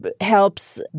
helps